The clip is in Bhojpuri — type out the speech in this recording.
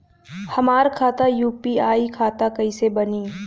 हमार खाता यू.पी.आई खाता कईसे बनी?